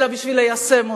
אלא בשביל ליישם אותו,